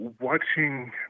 watching